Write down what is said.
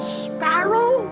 sparrow